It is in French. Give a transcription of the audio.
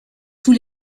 tous